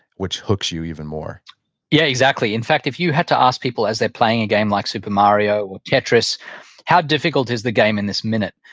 which hooks you even more yeah. exactly. in fact, if you had to ask people as they're playing a game like super mario or tetris how difficult is the game in this minute,